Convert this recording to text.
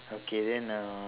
okay then uh